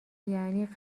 یعنی